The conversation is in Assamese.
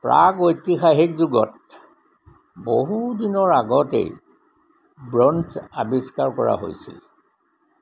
প্ৰাগৈতিহাসিক যুগত বহু দিনৰ আগতেই ব্ৰঞ্জ আৱিষ্কাৰ কৰা হৈছিল